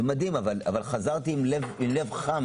אבל חזרתי עם לב חם.